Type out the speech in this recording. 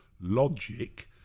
Logic